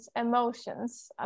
emotions